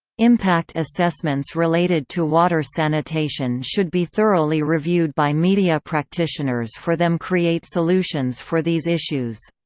impact assessments related to water sanitation should be thoroughly reviewed by media practitioners for them create solutions for these issues.